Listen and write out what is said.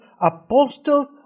apostles